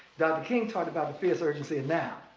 dr. king talked about the fierce urgency of now.